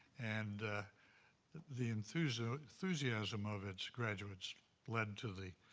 and the the enthusiasm enthusiasm of its graduates led to the